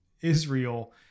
Israel